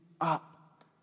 up